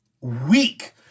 Weak